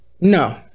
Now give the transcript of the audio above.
No